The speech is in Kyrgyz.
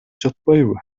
жатпайбы